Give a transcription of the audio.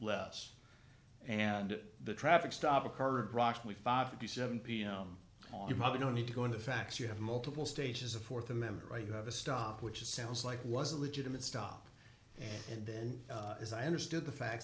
less and the traffic stop occurred broccoli five fifty seven pm you probably don't need to go into facts you have multiple stages of th amendment right to have a stop which sounds like was a legitimate stop and then as i understood the facts